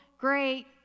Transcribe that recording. great